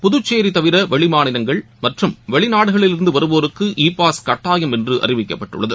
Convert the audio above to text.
புதுச்சேரிதவிரவெளிமாநிலங்கள் மற்றும் வெளிநாடுகளில் இருந்துவருவோருக்கு இ பாஸ் கட்டாயம் என்றுஅறிவிக்கப்பட்டுள்ளது